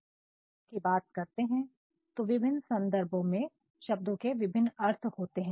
जब हम शब्दों की बात करते हैं तो विभिन्न संदर्भों में शब्दों के विभिन्न अर्थ होते हैं